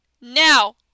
now